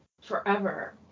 forever